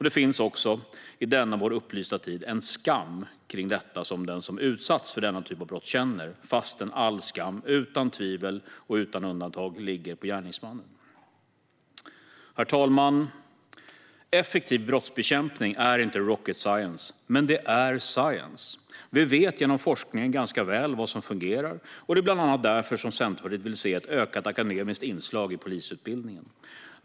Det finns också - i denna vår upplysta tid - en skam kring detta som den som utsatts för sådana brott känner, fastän all skam utan tvivel och undantag ligger på gärningsmannen. Herr talman! Effektiv brottsbekämpning är inte rocket science, men det är science. Vi vet genom forskningen ganska väl vad som fungerar. Det är bland annat därför Centerpartiet vill se ett ökat akademiskt inslag i polisutbildningen.